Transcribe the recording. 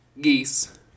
Geese